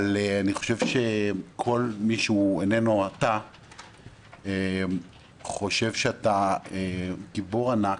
אבל כל מי שאיננו אתה חושב שאתה גיבור ענק.